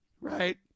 right